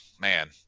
man